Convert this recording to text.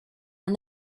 and